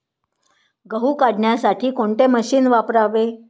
गहू काढण्यासाठी कोणते मशीन वापरावे?